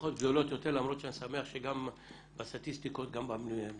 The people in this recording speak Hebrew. משפחות גדולות יותר למרות שאני שמח שגם בסטטיסטיקות במשפחות